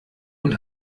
und